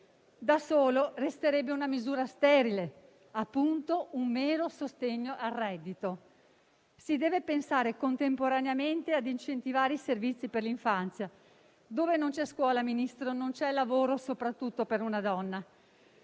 Da solo resterebbe una misura sterile, appunto, un mero sostegno al reddito. Si deve pensare contemporaneamente a incentivare i servizi per l'infanzia; dove non c'è scuola, signor Ministro, non c'è lavoro, soprattutto per una donna.